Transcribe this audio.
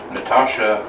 Natasha